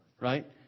right